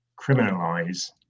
criminalize